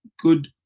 Good